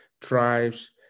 tribes